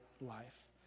life